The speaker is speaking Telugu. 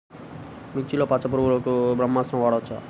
మిర్చిలో పచ్చ పురుగునకు బ్రహ్మాస్త్రం వాడవచ్చా?